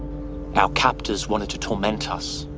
our captors wanted to torment us.